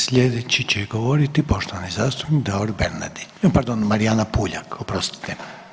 Slijedeći će govoriti poštovani zastupnik Davor Bernardić, pardon Marijana Puljak, oprostite.